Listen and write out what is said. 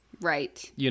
Right